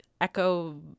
echo